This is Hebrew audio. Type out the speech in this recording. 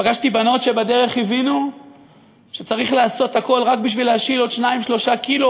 פגשתי בנות שבדרך הבינו שצריך לעשות הכול רק בשביל להשיל עוד 3-2 קילו,